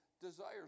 desires